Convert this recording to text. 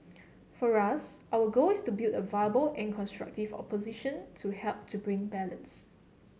for us our goal is to build a viable and constructive opposition to help to bring balance